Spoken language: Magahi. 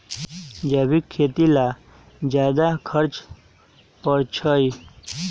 जैविक खेती ला ज्यादा खर्च पड़छई?